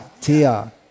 Tia